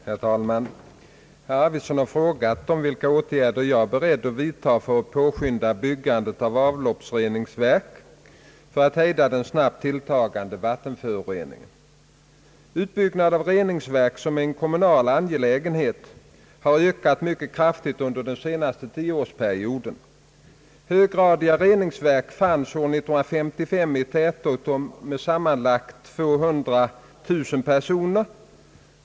Herr talman! Herr Arvidson har frågat om vilka åtgärder jag är beredd att vidta för att påskynda byggandet av avloppsreningsverk för att hejda den snabbt tilltagande vattenföroreningen. Utbyggnaden av reningsverk — som är en kommunal angelägenhet — har ökat mycket kraftigt under den senaste 10-årsperioden. Höggradiga <reningsverk fanns år 1955 i tätorter med sammanlagt 200000 personer.